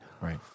Right